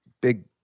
big